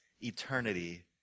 eternity